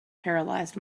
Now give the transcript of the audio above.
paralysed